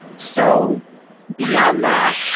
so beyond that,